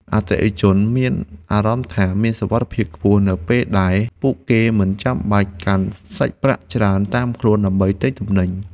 អតិថិជនមានអារម្មណ៍ថា មានសុវត្ថិភាពខ្ពស់នៅពេលដែលពួកគេមិនចាំបាច់កាន់សាច់ប្រាក់ច្រើនតាមខ្លួនដើម្បីទិញទំនិញ។